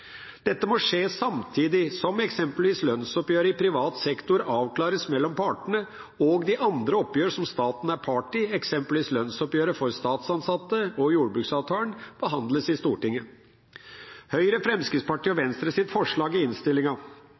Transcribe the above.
Dette må skje samtidig som eksempelvis lønnsoppgjøret i privat sektor avklares mellom partene og de andre oppgjørene som staten er part i, eksempelvis lønnsoppgjøret for statsansatte og jordbruksavtalen, behandles i Stortinget. Høyre, Fremskrittspartiet og Venstres forslag i innstillinga